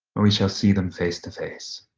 we shall see them face to face